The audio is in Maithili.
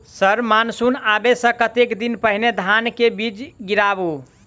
सर मानसून आबै सऽ कतेक दिन पहिने धान केँ बीज गिराबू?